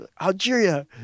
Algeria